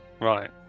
Right